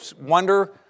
wonder